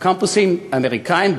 בקמפוסים אמריקניים,